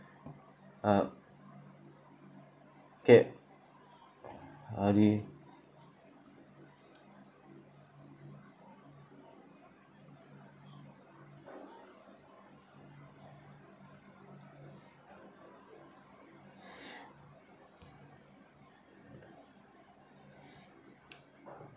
uh okay how do you